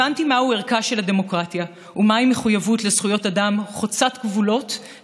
הבנתי מה ערכה של הדמוקרטיה ומהי מחויבות לזכויות אדם חוצת גבולות,